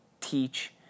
teach